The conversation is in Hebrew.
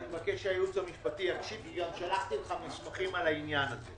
אני מבקש שהייעוץ המשפטי יקשיב גם שלחתי לך מסמכים בעניין.